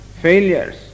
failures